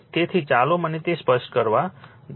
તેથી ચાલો મને તે સ્પષ્ટ કરવા દો